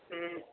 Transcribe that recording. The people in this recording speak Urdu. ہوں